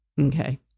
Okay